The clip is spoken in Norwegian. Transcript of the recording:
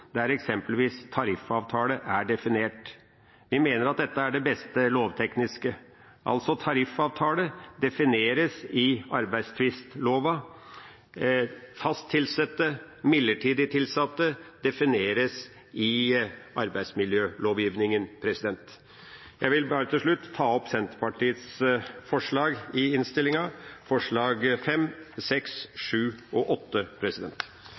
eksempelvis begrepet tariffavtale er definert. Vi mener at dette er det beste lovteknisk sett, altså at «tariffavtale» defineres i arbeidstvistloven, «fast tilsatte» og «midlertidig tilsatte» defineres i arbeidsmiljølovgivningen. Jeg vil til slutt ta opp Senterpartiets forslag i